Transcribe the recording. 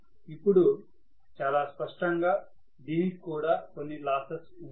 ఇప్పుడు చాలా స్పష్టంగా దీనికి కూడా కొన్ని లాసెస్ ఉంటాయి